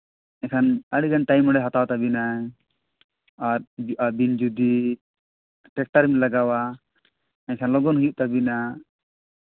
ᱮᱱᱠᱷᱟᱱ ᱟᱹᱰᱤᱜᱟᱱ ᱴᱟᱭᱤᱢ ᱚᱸᱰᱮ ᱦᱟᱛᱟᱣ ᱛᱟᱹᱵᱤᱱᱟᱭ ᱟᱨ ᱟᱹᱵᱤᱱ ᱡᱩᱫᱤ ᱴᱮᱠᱴᱟᱨ ᱵᱤᱱ ᱞᱟᱜᱟᱣᱟ ᱮᱱᱠᱷᱟᱱ ᱞᱚᱜᱚᱱ ᱦᱩᱭᱩᱜ ᱛᱟᱹᱵᱤᱱᱟ